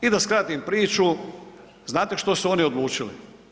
I da skratim priču znate što su oni odlučili.